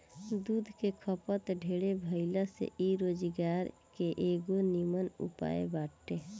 दूध के खपत ढेरे भाइला से इ रोजगार के एगो निमन उपाय बाटे